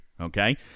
Okay